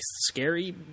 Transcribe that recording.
scary